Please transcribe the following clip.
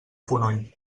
fonoll